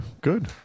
good